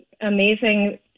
amazing